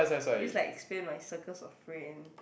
just like expand my circles of friend